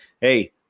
Hey